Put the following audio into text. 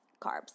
carbs